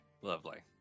Lovely